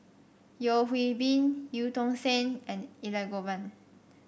Yeo Hwee Bin Eu Tong Sen and Elangovan